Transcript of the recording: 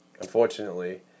unfortunately